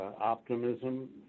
optimism